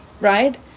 right